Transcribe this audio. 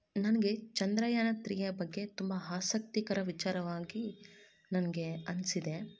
ನನಗೆ ಚಂದ್ರಯಾನ ತ್ರೀಯ ಬಗ್ಗೆ ತುಂಬ ಆಸಕ್ತಿಕರ ವಿಚಾರವಾಗಿ ನನಗೆ ಅನ್ನಿಸಿದೆ